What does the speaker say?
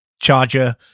charger